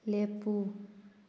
ꯂꯦꯞꯄꯨ